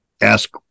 ask